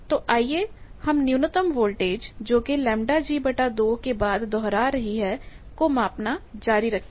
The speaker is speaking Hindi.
तो आइए हम न्यूनतम वोल्टेज जोकि हर के बाद दोहरा रही है को मापना जारी रखते हैं